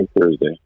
Thursday